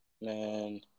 man